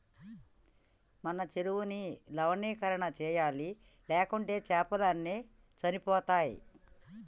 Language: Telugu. మన చెరువుని లవణీకరణ చేయాలి, లేకుంటే చాపలు అన్ని చనిపోతయ్